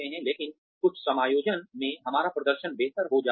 लेकिन कुछ समायोजन सेटिंग्स में हमारा प्रदर्शन बेहतर हो जाता है